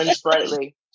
brightly